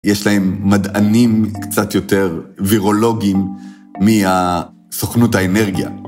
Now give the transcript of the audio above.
‫יש להם מדענים קצת יותר וירולוגיים ‫מהסוכנות האנרגיה.